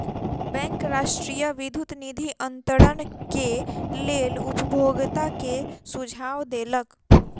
bank राष्ट्रीय विद्युत निधि अन्तरण के लेल उपभोगता के सुझाव देलक